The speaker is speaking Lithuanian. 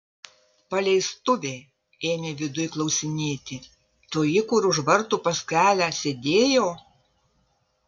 paleistuvė ėmė viduj klausinėti toji kur už vartų pas kelią sėdėjo